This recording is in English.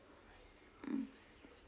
mm